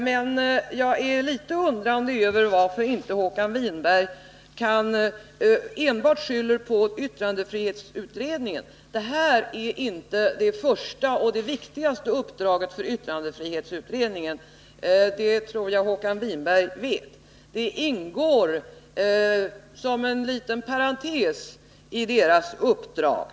Men jag är litet undrande över varför Håkan Winberg enbart skyller på yttrandefrihetsutredningen. Det här är inte det första och det viktigaste uppdraget för yttrandefrihetsutredningen — och det tror jag Håkan Winberg vet — utan det ingår som en liten parentes i dess uppdrag.